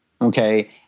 okay